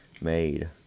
made